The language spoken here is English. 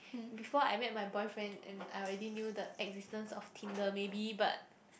before I met my boyfriend and I already knew the existence of Tinder maybe but